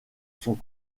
sont